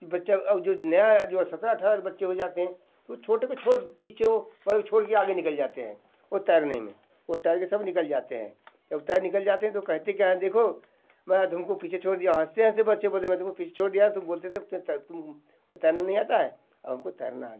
ये बच्चा और जो नया जो सत्रह अट्ठारह बच्चे हो जाते हैं वो छोटे को छोड़ दो पीछे वालों को छोड़ के आगे निकल जाते हैं वो तैरने में वो तैर के सब निकल जाते हैं जब तैर निकल जाते हैं तो कहते क्या हैं देखो मैं आ तुम को पीछे छोड़ दिया हूँ हंसते हंसते बच्चे बोलते हैं मैं तुम को पीछे छोड़ दिया हूँ तुम बोलते थे मुझे तुम तैरना नहीं आता है अब हम को तैरना आ गया है